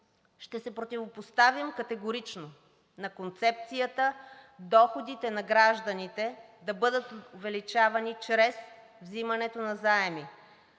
Ще се противопоставим категорично на концепцията доходите на гражданите да бъдат увеличавани чрез взимането на заеми,